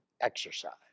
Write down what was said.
Exercise